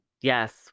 Yes